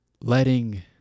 letting